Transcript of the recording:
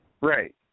Right